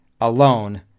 alone